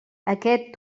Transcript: aquest